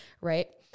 right